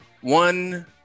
one